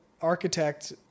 architect